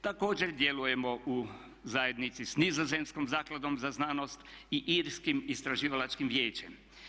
Također djelujemo u zajednici s Nizozemskom zakladom za znanosti i Irskim istraživalačkim vijećem.